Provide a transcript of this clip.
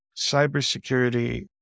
Cybersecurity